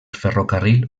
ferrocarril